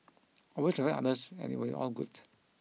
always respect others and it will be all good